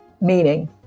meaning